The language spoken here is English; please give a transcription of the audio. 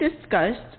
discussed